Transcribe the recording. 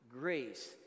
grace